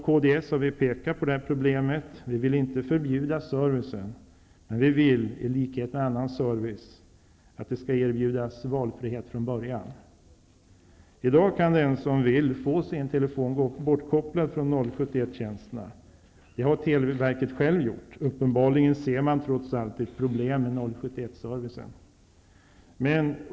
Kds har vi pekat på det här problemet. Vi vill inte förbjuda servicen. Men vi vill att det, i likhet med annan service som erbjuds, skall erbjudas valfrihet från början. I dag kan den som vill få sin telefon bortkopplad från 071-tjänsterna. Det har man själv gjort på televerket. Uppenbarligen ser man trots allt ett problem med 071-servicen.